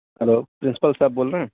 hello principal صاحب بول رہے ہیں